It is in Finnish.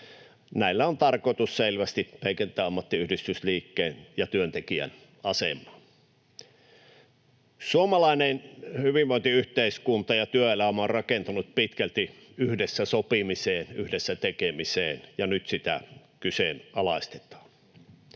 on tarkoitus selvästi heikentää ammattiyhdistysliikkeen ja työntekijän asemaa. Suomalainen hyvinvointiyhteiskunta ja työelämä ovat rakentuneet pitkälti yhdessä sopimiseen ja yhdessä tekemiseen, ja nyt sitä kyseenalaistetaan.